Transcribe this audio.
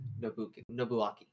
Nobuaki